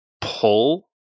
pull